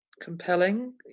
compelling